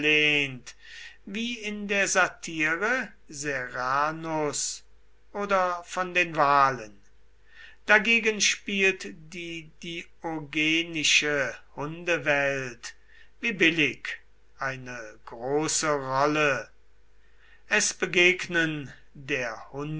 wie in der satire serranus oder von den wahlen dagegen spielt die diogenische hundewelt wie billig eine große rolle es begegnen der